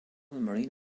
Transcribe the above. marine